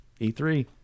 E3